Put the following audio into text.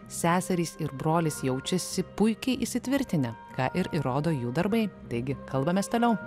seserys ir brolis jaučiasi puikiai įsitvirtinę ką ir įrodo jų darbai taigi kalbamės toliau